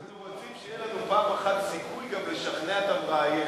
אנחנו רוצים שיהיה לנו פעם אחת סיכוי גם לשכנע את המראיין.